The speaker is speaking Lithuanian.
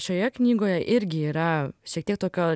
nes šioje knygoje irgi yra šiek tiek tokio